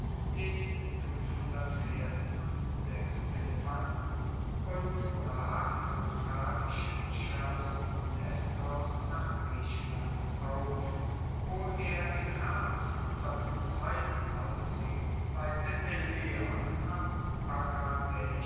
nebst pferden und sechs elefanten und brach vom thrakischen chersonesos nach griechenland auf wo er im herbst bei pteleon am